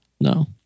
no